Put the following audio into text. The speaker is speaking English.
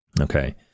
Okay